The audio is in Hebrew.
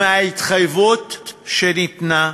לפי ההתחייבות שניתנה,